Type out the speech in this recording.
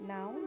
Now